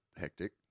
hectic